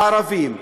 הערבים.